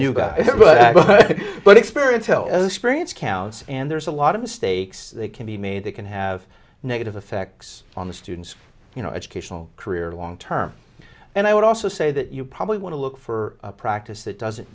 new guy but experience counts and there's a lot of mistakes that can be made they can have negative effects on the students you know educational career long term and i would also say that you probably want to look for a practice that does